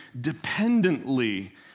dependently